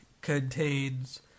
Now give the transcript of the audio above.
contains